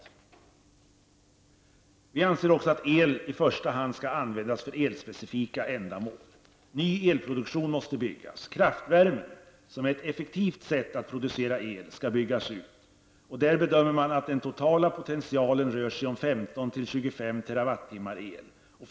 Vi anser för det andra att el i första hand skall användas för elspecifika ändamål. För det tredje måste ny elproduktion byggas. Kraftvärmen, som är ett effektivt sätt att producera el, skall byggas ut. Man bedömer att den totala potentialen rör sig om 15--25 TWh el.